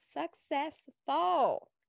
successful